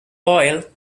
oil